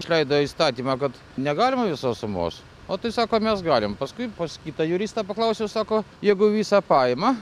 išleido įstatymą kad negalima visos sumos o tai sako mes galim paskui pas kitą juristą paklausiau sako jeigu visą paima